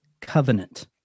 covenant